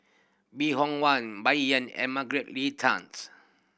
Bong Hiong Hwa Bai Yan and Margaret Leng Tanz